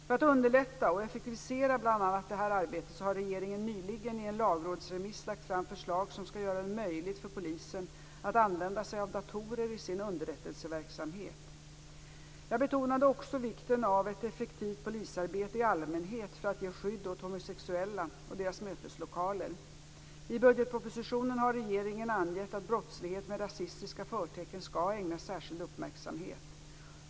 För att underlätta och effektivisera bl.a. det här arbetet har regeringen nyligen i en lagrådsremiss lagt fram förslag som skall göra det möjligt för polisen att använda sig av datorer i sin underrättelseverksamhet. Jag betonade också vikten av ett effektivt polisarbete i allmänhet för att ge skydd åt homosexuella och deras möteslokaler. I budgetpropositionen har regeringen angett att brottslighet med rasistiska förtecken skall ägnas särskild uppmärksamhet.